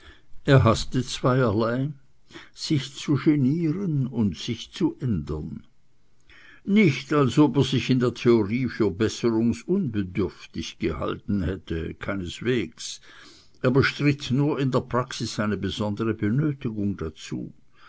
er haßte zweierlei sich zu genieren und sich zu ändern nicht als ob er sich in der theorie für besserungsunbedürftig gehalten hätte keineswegs er bestritt nur in der praxis eine besondere benötigung dazu